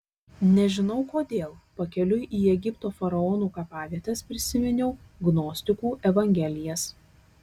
nežinau kodėl pakeliui į egipto faraonų kapavietes prisiminiau gnostikų evangelijas